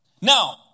Now